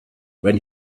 when